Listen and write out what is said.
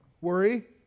Worry